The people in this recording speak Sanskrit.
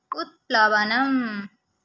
उत्प्लवनम्